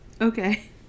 okay